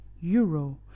euro